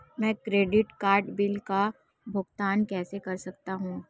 मैं credit card bill का भुगतान कैसे कर सकता हूं?